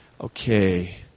Okay